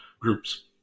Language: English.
groups